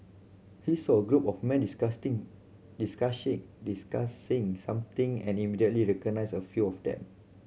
he saw a group of men discussing something and immediately recognised a few of them